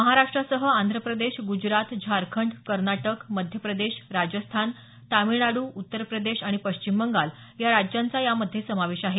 महाराष्ट्रासह आंध्र प्रदेश ग्जरात झारखंड कर्नाटक मध्य प्रदेश राजस्थान तामिळनाडू उत्तर प्रदेश आणि पश्चिम बंगाल या राज्यांचा यामध्ये समावेश आहे